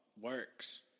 works